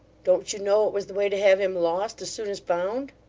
don't you know it was the way to have him lost, as soon as found